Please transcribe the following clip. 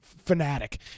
fanatic